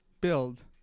build